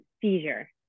seizure